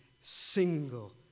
single